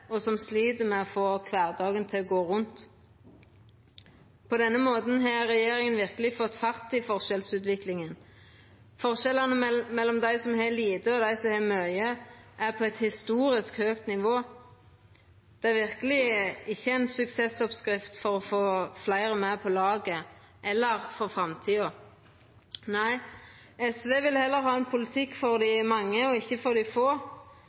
og som slit med å få kvardagen til å gå rundt. På denne måten har regjeringa verkeleg fått fart i forskjellsutviklinga. Forskjellane mellom dei som har lite, og dei som har mykje, er på eit historisk høgt nivå. Det er verkeleg ikkje ei suksessoppskrift for å få fleire med på laget eller for framtida. SV vil heller ha ein politikk for dei mange, ikkje for dei få.